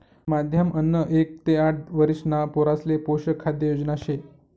माध्यम अन्न एक ते आठ वरिषणा पोरासले पोषक खाद्य योजना शे